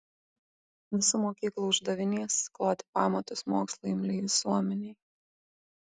visų mokyklų uždavinys kloti pamatus mokslui imliai visuomenei